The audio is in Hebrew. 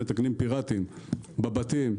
מתקנים פיראטיים בבתים.